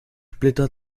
splitter